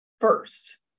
first